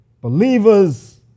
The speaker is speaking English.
Believers